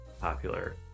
popular